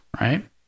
right